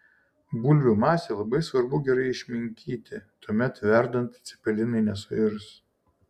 bulvių masę labai svarbu gerai išminkyti tuomet verdant cepelinai nesuirs